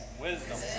Wisdom